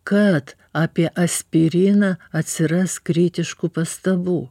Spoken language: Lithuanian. kad apie aspiriną atsiras kritiškų pastabų